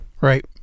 Right